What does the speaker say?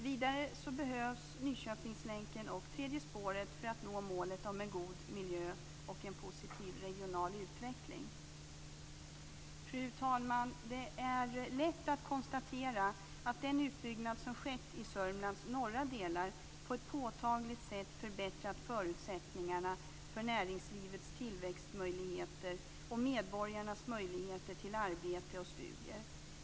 Vidare behövs Nyköpingslänken och tredje spåret för att nå följande två mål: - målet om en god miljö och Fru talman! Det är lätt att konstatera att den utbyggnad som skett i Sörmlands norra delar på ett påtagligt sätt har förbättrat förutsättningarna för näringslivets tillväxtmöjligheter och medborgarnas möjligheter till arbete och studier.